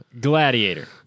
Gladiator